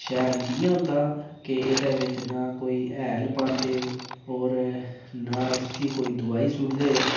शैल कि'यां होंदा की एह्दे बिच ना कोई हैल पांदे होर ना इसी कोई दोआई सुट्टदे